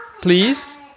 Please